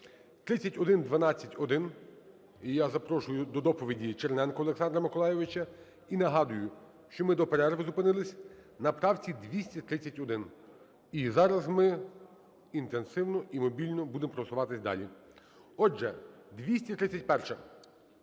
(3112-1). І я запрошую до доповіді Черненка Олександра Миколайовича. І нагадую, що ми до перерви зупинились на правці 231. І зараз ми інтенсивно і мобільно будемо просуватись далі. Отже, 231-а.